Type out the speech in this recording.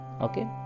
Okay